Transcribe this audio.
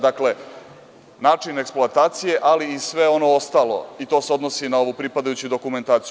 Dakle, način eksploatacije, ali i sve ono ostalo i to se odnosi na ovu pripadajuću dokumentaciju.